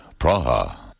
Praha